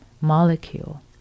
molecule